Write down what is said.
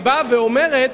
ואומרת,